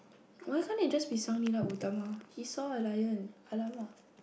why can't they just they be Sang-Nila-Utama he saw a lion !alamak!